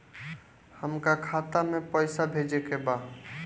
हमका खाता में पइसा भेजे के बा